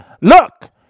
look